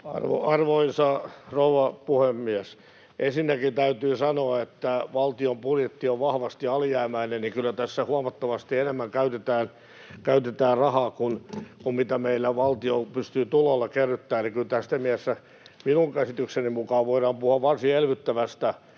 Arvoisa rouva puhemies! Ensinnäkin täytyy sanoa, että kun valtion budjetti on vahvasti alijäämäinen, niin kyllä tässä huomattavasti enemmän käytetään rahaa kuin mitä meillä valtio pystyy tuloilla kerryttämään. Eli kyllä tässä mielessä minun käsitykseni mukaan voidaan puhua varsin elvyttävästä